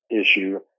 issue